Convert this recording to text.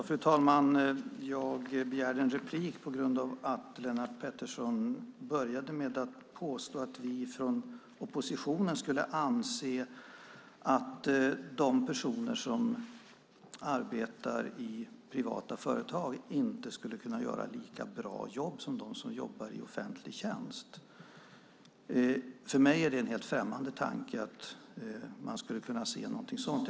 Fru talman! Jag begärde replik på grund av att Lennart Pettersson började med att påstå att vi från oppositionen anser att de personer som arbetar i privata företag inte skulle kunna göra ett lika bra jobb som de som jobbar i offentlig tjänst. För mig är det en helt främmande tanke att man skulle kunna se någonting sådant.